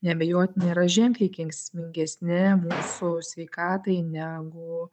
neabejotinai yra ženkliai kenksmingesni mūsų sveikatai negu